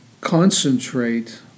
concentrate